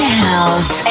house